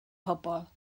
pobl